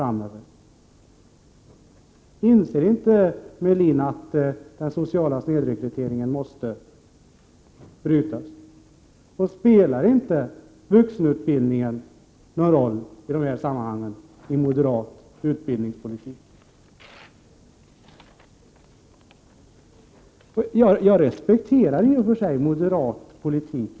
Inser inte Ulf Melin att den sociala snedrekryteringen måste brytas, och spelar inte vuxenutbildningen någon roll i dessa sammanhang i moderat utbildningspolitik? Jag respekterar i och för sig moderat politik.